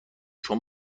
چون